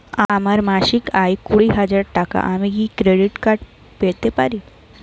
আমার মাসিক আয় কুড়ি হাজার টাকা আমি কি ক্রেডিট কার্ড পেতে পারি?